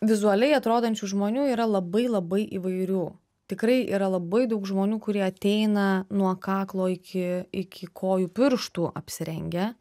vizualiai atrodančių žmonių yra labai labai įvairių tikrai yra labai daug žmonių kurie ateina nuo kaklo iki iki kojų pirštų apsirengę